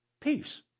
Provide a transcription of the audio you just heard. peace